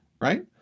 right